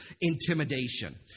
intimidation